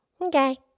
Okay